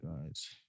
Guys